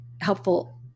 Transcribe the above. helpful